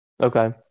Okay